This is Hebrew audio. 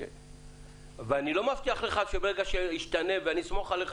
אני לא מבטיח לך שברגע שישתנה ואני אסמוך עליך